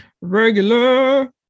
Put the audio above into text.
Regular